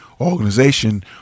organization